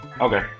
Okay